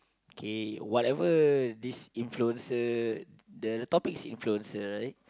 okay whatever this influences the topic is influencer right